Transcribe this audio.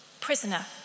prisoner